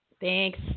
Thanks